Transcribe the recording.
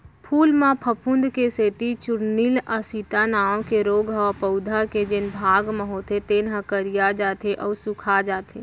फूल म फफूंद के सेती चूर्निल आसिता नांव के रोग ह पउधा के जेन भाग म होथे तेन ह करिया जाथे अउ सूखाजाथे